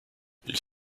ils